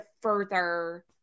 further